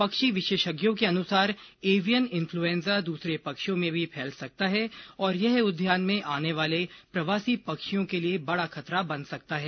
पक्षी विशेषज्ञों के अनुसार एवियन इनफ़्लूएंजा दूसरे पक्षियों में भी फैल सकता है और यह उद्यान में आने वाले प्रवासी पक्षियों के लिए बड़ा खतरा बन सकता है